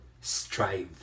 strive